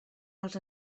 els